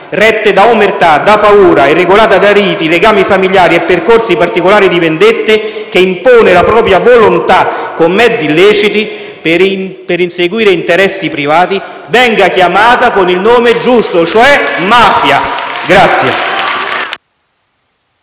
rette da omertà, da paura e regolate da riti, legami familiari e percorsi particolari di vendette, che impongono la propria volontà con mezzi spesso illeciti per inseguire interessi privati, vengano chiamate con il nome giusto, cioè mafia?